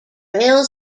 rail